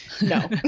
no